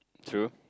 true